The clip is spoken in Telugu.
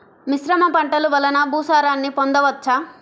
మిశ్రమ పంటలు వలన భూసారాన్ని పొందవచ్చా?